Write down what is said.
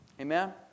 Amen